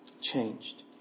changed